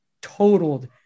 totaled